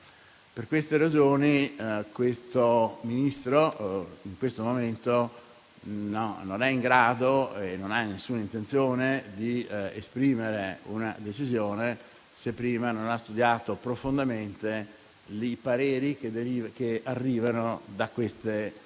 Per queste ragioni il Ministro della giustizia, in questo momento, non è in grado e non ha alcuna intenzione di esprimere una decisione, se prima non ha studiato profondamente i pareri che arrivano da queste